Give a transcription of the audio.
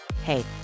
Hey